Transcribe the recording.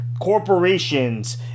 corporations